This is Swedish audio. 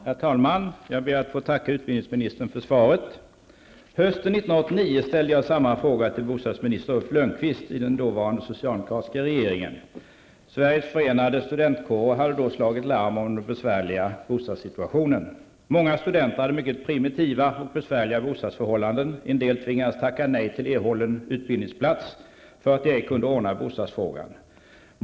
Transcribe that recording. Herr talman! Jag ber att få tacka utbildningsministern för svaret. Hösten 1989 ställde jag samma fråga till bostadsminister Ulf Lönnqvist i den dåvarande socialdemokratiska regeringen. Sveriges Förenade studentkårer hade då slagit larm om den besvärliga bostadssituationen. Många studenter hade mycket primitiva och besvärliga bostadsförhållanden. En del tvingades tacka nej till erhållen utbildningsplats för att de ej kunde ordna bostadsfrågan.